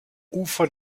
ufer